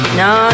no